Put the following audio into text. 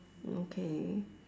okay